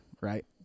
right